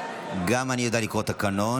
גם אני יודע לקרוא תקנון,